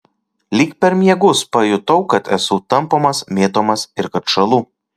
lyg per miegus pajutau kad esu tampomas mėtomas ir kad šąlu